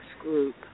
group